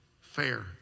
fair